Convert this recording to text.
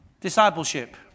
discipleship